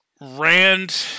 Rand